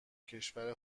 کشور